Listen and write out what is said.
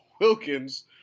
Wilkins